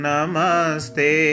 Namaste